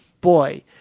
Boy